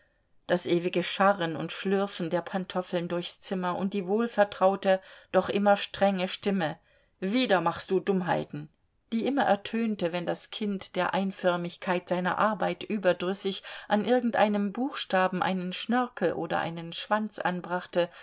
das ewige scharren und schlürfen der pantoffeln durchs zimmer und die wohlvertraute doch immer strenge stimme wieder machst du dummheiten die immer ertönte wenn das kind der einförmigkeit seiner arbeit überdrüssig an irgendeinem buchstaben einen schnörkel oder einen schwanz anbrachte